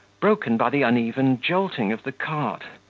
broken by the uneven jolting of the cart,